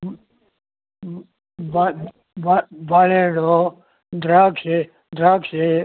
ಹ್ಞೂ ಹ್ಞೂ ಬಾಳೆಹಣ್ಣು ದ್ರಾಕ್ಷಿ ದ್ರಾಕ್ಷಿ